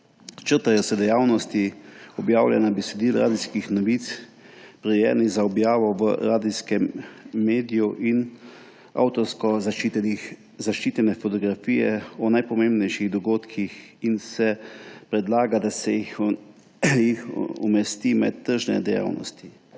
Črtajo se dejavnosti objavljanja besedil radijskih novic, prirejenih za objavo v radijskem mediju, in avtorsko zaščitene fotografije o najpomembnejših dogodkih in se predlaga, da se jih umesti med tržne dejavnosti.